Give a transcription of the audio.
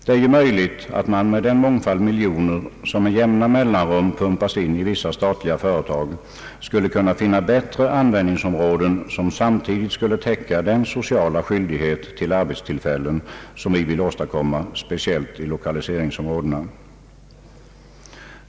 Det är möjligt att man för den mångfald miljoner som med jämna mellanrum pumpas in i vissa statliga företag skulle kunna finna bättre användningsområden, «vilka samtidigt skulle täcka den sociala skyldighet till arbetstillfällen som vi vill åstadkomma speciellt i lokaliseringsområdena.